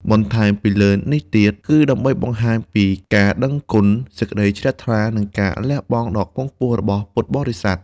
បន្ថែមពីលើនេះទៀត គឺដើម្បីបង្ហាញពី ការគោរពដឹងគុណ សេចក្តីជ្រះថ្លា និង ការលះបង់ដ៏ខ្ពង់ខ្ពស់ របស់ពុទ្ធបរិស័ទ។